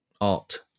art